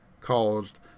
caused